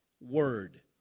Word